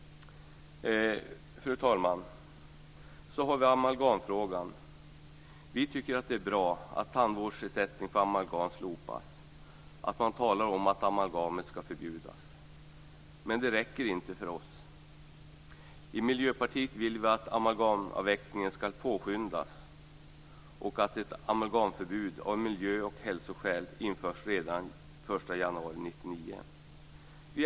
Fru talman! Så har vi amalgamfrågan. Vi tycker att det är bra att tandvårdsersättning för amalgam slopas, att man talar om att amalgamet skall förbjudas. Men det räcker inte för oss. Vi i Miljöpartiet vill att amalgamavvecklingen skall påskyndas och att ett amalgamförbud av miljö och hälsoskäl skall införas redan den 1 januari 1999.